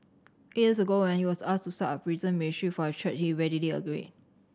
eight years ago when he was asked to start a prison ministry for his church he readily agreed